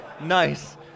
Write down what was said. Nice